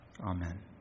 Amen